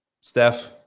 Steph